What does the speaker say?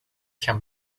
can